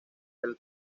del